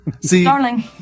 Darling